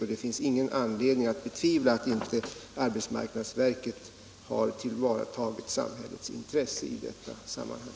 Och det finns ingen anledning att betvivla att arbetsmarknadsverket har tillvaratagit samhällets intresse i detta sammanhang.